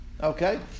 Okay